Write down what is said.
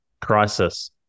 crisis